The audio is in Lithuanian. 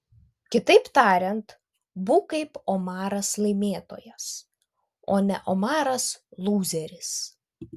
kitaip tariant būk kaip omaras laimėtojas o ne omaras lūzeris